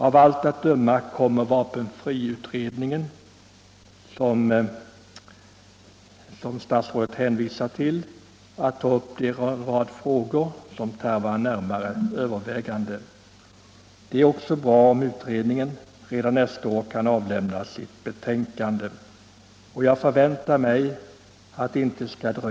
Av allt att döma kommer vapenfriutredningen, som statsrådet här hänvisar till, att ta upp en rad frågor som tarvar närmare övervägande. Det är också bra om utredningen kan avlämna sitt betänkande redan nästa år.